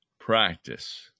practice